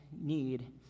need